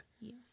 Yes